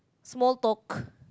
small talk